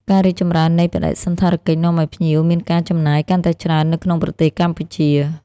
ការរីកចម្រើននៃបដិសណ្ឋារកិច្ចនាំឲ្យភ្ញៀវមានការចំណាយកាន់តែច្រើននៅក្នុងប្រទេសកម្ពុជា។